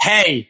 Hey